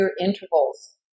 intervals